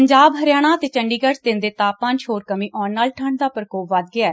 ਪੰਜਾਬ ਹਰਿਆਣਾ ਅਤੇ ਚੰਡੀਗੜ 'ਚ ਦਿਨ ਦੇ ਤਾਪਮਾਨ 'ਚ ਹੋਰ ਕਮੀ ਆਉਣ ਨਾਲ ਠੰਡ ਦਾ ਪਰਕੋਪ ਵਧ ਗਿਐ